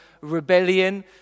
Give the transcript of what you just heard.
rebellion